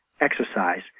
exercise